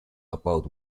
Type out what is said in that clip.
about